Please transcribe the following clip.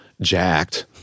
jacked